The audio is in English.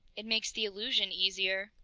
it makes the illusion easier.